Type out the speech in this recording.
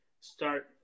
start